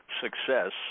success